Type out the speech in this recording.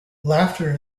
laughter